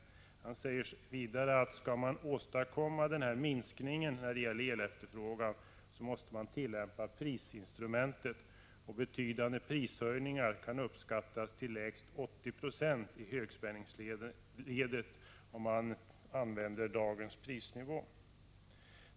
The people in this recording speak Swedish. Vidare säger Per Olof Håkansson: Skall man åstadkomma en minskning när det gäller elefterfrågan, måste man tillämpa prisinstrumentet. Betydande prishöjningar kan uppskattas till lägst 80 90 i högspänningsledet — på dagens prisnivå.